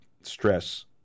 stress